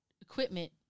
equipment